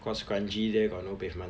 cause kranji there got no pavement